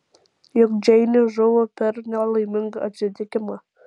juk džeinė žuvo per nelaimingą atsitikimą